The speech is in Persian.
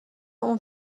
اون